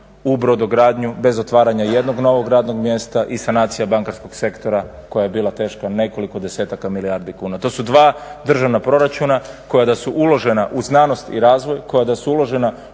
u brodogradnju bez otvaranja jednog novog radnog mjesta i sanacije bankarskog sektora koja je bila teška nekoliko desetaka milijardi kuna. To su dva državna proračuna koja da su uložena u znanost i razvoj, koja da su uložena u